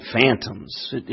Phantoms